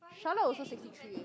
Charlotte also sixty three eh